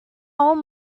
old